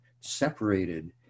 separated